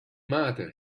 matter